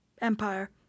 empire